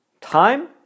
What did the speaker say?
time